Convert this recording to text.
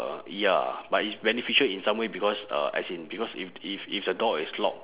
uh ya but it's beneficial in some way because uh as in because if if if the door is locked